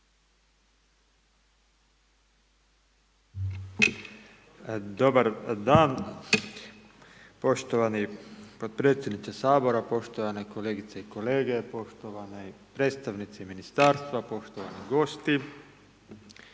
Dobar dan. Poštovani podpredsjedniče Sabora, poštovane kolegice i kolege, poštovani predstavnici Ministarstva, poštovani gosti.